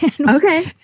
Okay